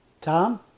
Tom